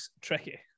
Tricky